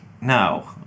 no